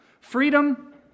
Freedom